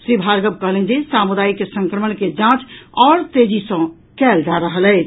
श्री भार्गव कहलनि जे सामुदायिक संक्रमण के जांच आओर तेजी सँ कयल जा रहल अछि